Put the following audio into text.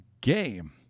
game